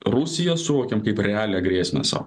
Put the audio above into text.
rusiją suvokiam kaip realią grėsmę sau